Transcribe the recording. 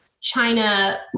China